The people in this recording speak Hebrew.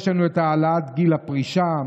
יש לנו את העלאת גיל הפרישה,